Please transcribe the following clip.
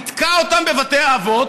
נתקע אותם בבתי אבות,